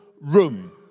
room